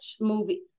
movie